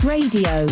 Radio